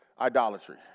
idolatry